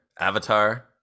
Avatar